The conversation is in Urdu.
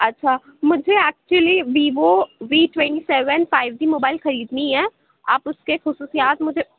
اچھا مجھے actually Vivo V twenty seven five G mobile خریدنی ہے آپ اُس كے خصوصیات مجھے